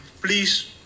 please